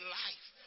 life